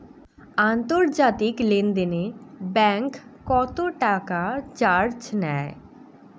আন্তর্জাতিক লেনদেনে ব্যাংক কত টাকা চার্জ নেয়?